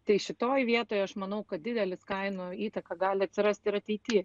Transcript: tai šitoj vietoj aš manau kad didelis kainų įtaka gali atsirasti ir ateity